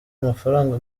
amafaranga